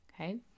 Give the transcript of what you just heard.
Okay